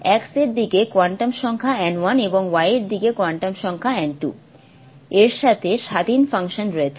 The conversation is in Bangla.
x এর দিকে কোয়ান্টাম সংখ্যা n 1 এবং y এর দিকে কোয়ান্টাম সংখ্যা n 2 এর সাথে স্বাধীন ফাংশন রয়েছে